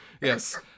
Yes